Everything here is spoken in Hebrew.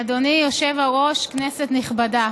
אדוני היושב-ראש, כנסת נכבדה,